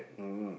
mm